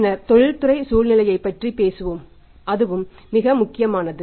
பின்னர் தொழில்துறை சூழ்நிலையைப் பற்றி பேசுவோம் அதுவும் மிக முக்கியமானது